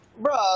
Bro